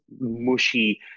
mushy